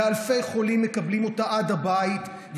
ואלפי חולים מקבלים אותה עד הבית,